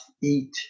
eat